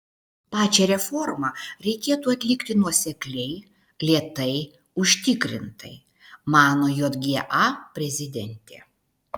pačią reformą reikėtų atlikti nuosekliai lėtai užtikrintai mano jga prezidentė